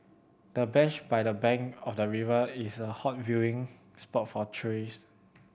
the bench by the bank of the river is a hot viewing spot for tourists